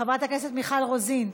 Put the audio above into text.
חברת הכנסת מיכל רוזין,